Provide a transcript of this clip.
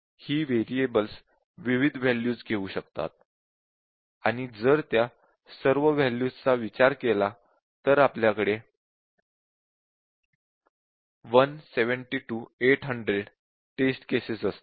ही variables विविध values घेऊ शकतात आणि जर त्या सर्व वॅल्यूज चा विचार केला तर आपल्याकडे 172800 टेस्ट केसेस असतील